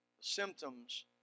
Symptoms